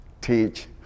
teach